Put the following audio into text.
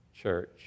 Church